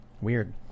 Weird